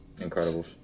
Incredibles